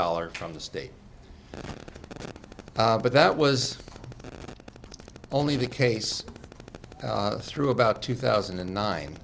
dollars from the state but that was only the case through about two thousand and nine